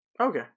Okay